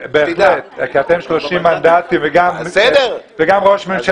בהחלט, כי אתם 30 מנדטים, וגם ראש ממשלה ושרים.